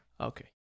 Okay